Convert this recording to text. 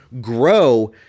grow